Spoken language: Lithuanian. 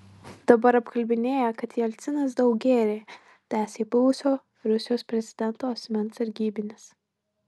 dabar apkalbinėja kad jelcinas daug gėrė tęsė buvusio rusijos prezidento asmens sargybinis